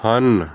ਹਨ